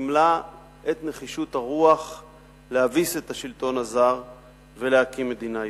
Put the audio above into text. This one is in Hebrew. סימלה את נחישות הרוח להביס את השלטון הזר ולהקים מדינה יהודית.